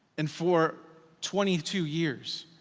and for twenty two years,